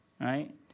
right